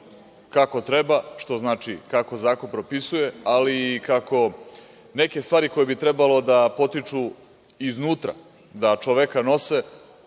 kako treba, što znači kako zakon propisuje, ali i kako neke stvari koje bi trebalo da potiču iznutra, da čoveka nose,